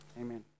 Amen